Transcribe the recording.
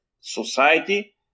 society